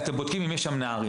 אתם בודקים אם יש שם נערים.